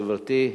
גברתי,